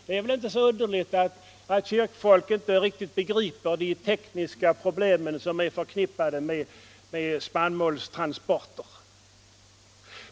Det är väl inte så underligt att kyrkfolk inte riktigt förstår sig på de tekniska problem som är förknippade med spannmålstransporter!